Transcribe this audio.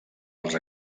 els